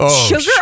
sugar